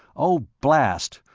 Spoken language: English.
oh, blast!